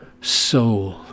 soul